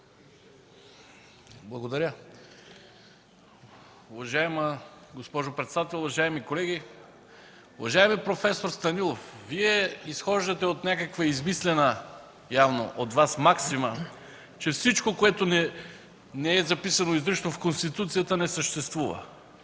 Благодаря. Уважаема госпожо председател, уважаеми колеги! Уважаеми проф. Станилов, Вие явно изхождате от някаква измислена от Вас максима, че всичко, което не е записано изрично в Конституцията, не съществува